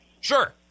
Sure